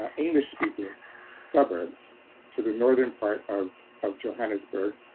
ah english speaking suburbs to the northern part of of johannesburg,